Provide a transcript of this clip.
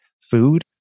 food